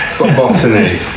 botany